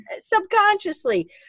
subconsciously